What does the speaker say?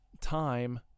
time